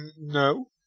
no